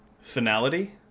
finality